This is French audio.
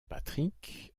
patrick